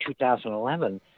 2011